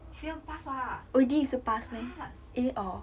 D 是 pass ah pass